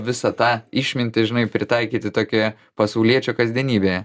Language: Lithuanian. visą tą išmintį žinai pritaikyti tokioje pasauliečio kasdienybėje